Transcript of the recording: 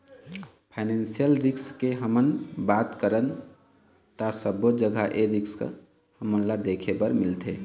financial risk के हमन बात करन ता सब्बो जघा ए रिस्क हमन ल देखे बर मिलथे